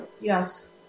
Yes